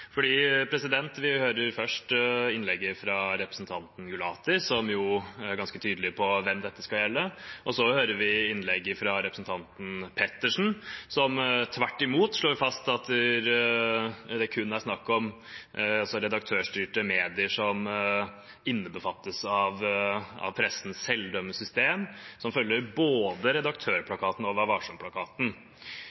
Vi hørte først innlegget fra representanten Gulati, som var ganske tydelig på hvem dette skal gjelde, og så hørte vi innlegget fra representanten Pettersen, som tvert imot slo fast at det kun er snakk om redaktørstyrte medier som innbefattes av pressens selvdømmesystem, som følger både